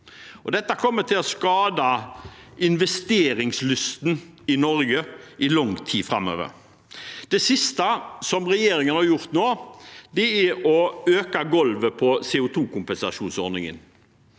Dette kommer til å skade investeringslysten i Norge i lang tid framover. Det siste regjeringen har gjort nå, er å øke gulvet på CO2-kompensasjonsordningen.